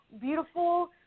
beautiful